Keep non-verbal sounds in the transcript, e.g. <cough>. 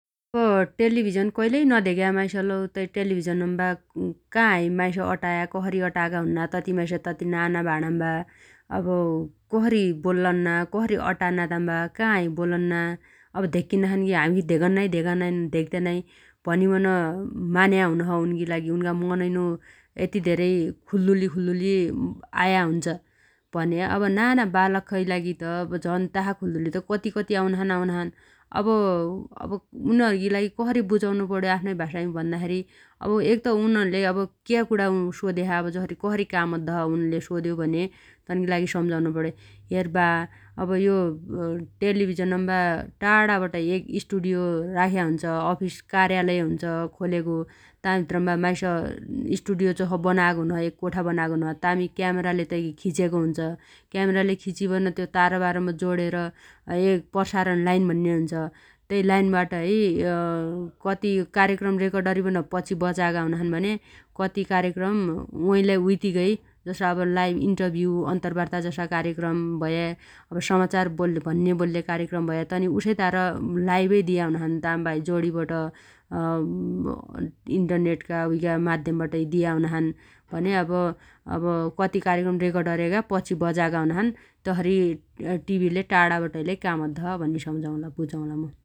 अब टेलिभिजन कैलै नधेग्या माइसलौ तै टेलिभिजनम्बा क_काहै माइस अटाया कसरी अटाया हुन्ना तती नाना भाणाम्बा? अब कसरी बोलन्ना कसरी अटान्ना ताम्बा अब काहाइ बोलन्ना अब धेक्किनाछन् गी हाम्खी धेगन्नाइ धेक्तेनाइ भनिबन मान्या हुनोछ उन्गी लागि । उन्गा मनैनो यतिधेरै खुल्दुली खुल्दुली <hesitation> आया हुन्छ । भन्या अब नाना बालख्खै लागि त झन तासा खुल्दुली त कति कति आउनाछन् आउनाछन् । अब उनीहरुगी लागि कसरी बुजाउनु पण्यो आफ्नाइ भाषामी भन्नाखेरी अब एग त उनीहरुले अब क्या कुणा सोध्या छ जसरी कसरी काम अद्दोछ उन्ले सोध्यो भने तन्गी लागि सम्जाउनु पण्यो । हेर बा अब यो <hesitation> टेलिभिजनम्बा टाणा बाटहै एग स्टुडियो राख्या हुन्छ अफिस एग कार्यालय हुन्छ खोलेगो । ताभित्रम्बा माइस <hesitation> स्टुडियो जस बनागो हुन्छ एग कोठा बनागो हुनोछ तामी क्यामराले तैगी खिचेगो हुन्छ । क्यामराले खिचीबन त्यो तारबारम्बो जोडेर एक प्रसारण लाइन भन्ने हुन्छ । तै लाइनबाट है <hesitation> कति कार्यक्रम रेकर्ड अरिबन पछि बजागा हुनाछन् भन्या । कति कार्यक्रम ओइलाइ उइतिगै जसइ अब लाइभ इन्टरभ्यु अन्तरबार्ता जसा कार्यक्रम भया समाचार भन्ने बोल्ले कार्यक्रम भया तनी उसैतार लाइभै दिया हुनाछन् ताम्बाहै जोडीबट । <hesitation> इन्टरनेटगा उइगा माध्यमबाट दिया हुनाछन् भन्या अब कति कार्यक्रम रेकर्ड अर्यागा पछि बजागा हुनाछन् । तसरी टिभीले टाणाबट है लै काम अद्दोछ भनी सम्जाउला बुजाउला मु ।